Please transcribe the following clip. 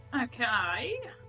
okay